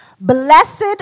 Blessed